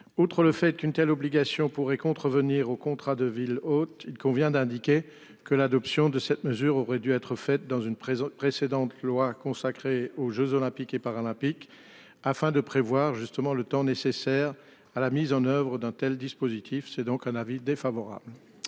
Outre le fait qu'une telle obligation pourrait contrevenir au contrat de ville hôte, il convient d'indiquer que l'adoption de cette mesure aurait dû être fait dans une prison précédente loi consacrée aux Jeux olympiques et paralympiques afin de prévoir justement le temps nécessaire à la mise en oeuvre d'un tel dispositif. C'est donc un avis défavorable.